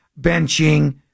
benching